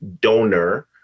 donor